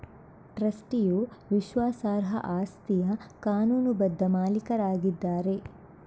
ಟ್ರಸ್ಟಿಯು ವಿಶ್ವಾಸಾರ್ಹ ಆಸ್ತಿಯ ಕಾನೂನುಬದ್ಧ ಮಾಲೀಕರಾಗಿದ್ದಾರೆ